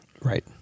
Right